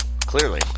Clearly